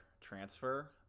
transfer